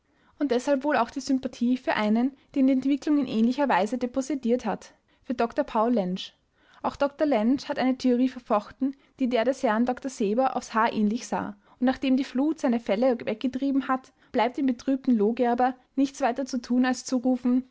und deshalb wohl auch die sympathie für einen den die entwicklung in ähnlicher weise depossediert hat für dr paul lensch auch dr lensch hat eine theorie verfochten die der des herrn dr seber aufs haar ähnlich sah und nachdem die flut seine felle weggetrieben hat bleibt dem betrübten lohgerber nichts weiter zu tun als zu